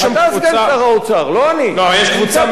הם נמצאים, הם הגיעו לפה, הם עובדה.